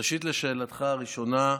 ראשית, לשאלתך הראשונה,